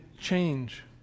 change